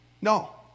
No